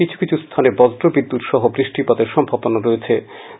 কিছু কিছু স্হানে বজ্রবিদ্যুৎ সহ বৃষ্টিপাতের সম্ভাবনা রয়েছে